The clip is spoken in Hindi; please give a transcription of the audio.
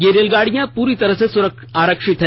ये रेलगाड़ियां पूरी तरह आरक्षित हैं